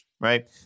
right